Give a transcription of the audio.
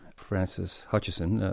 francis hutcheson,